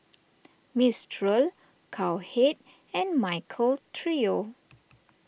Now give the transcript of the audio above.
Mistral Cowhead and Michael Trio